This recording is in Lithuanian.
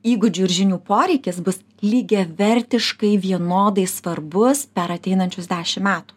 įgūdžių ir žinių poreikis bus lygiavertiškai vienodai svarbus per ateinančius dešim metų